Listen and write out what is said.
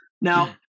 Now